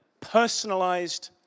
personalized